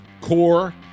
core